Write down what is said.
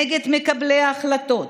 נגד מקבלי ההחלטות,